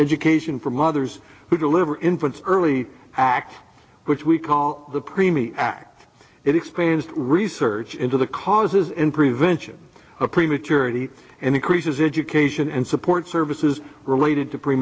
education for mothers who deliver infants early act which we call the premium act it explains research into the causes and prevention of prematurity increases education and support services related to pre